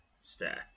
stare